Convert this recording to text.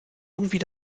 irgendwie